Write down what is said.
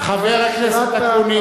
חבר הכנסת אקוניס.